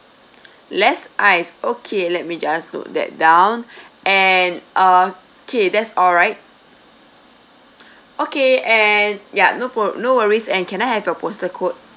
less ice okay let me just note that down and uh okay that's all right okay and ya no pro~ no worries and can I have your postal code